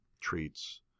treats